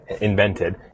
invented